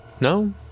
No